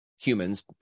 humans